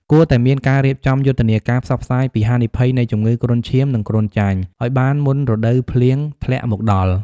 គួរតែមានការរៀបចំយុទ្ធនាការផ្សព្វផ្សាយពីហានិភ័យនៃជំងឺគ្រុនឈាម និងគ្រុនចាញ់ឲ្យបានមុនរដូវភ្លៀងធ្លាក់មកដល់។